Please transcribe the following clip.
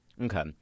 Okay